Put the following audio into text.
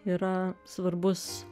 yra svarbus